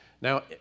Now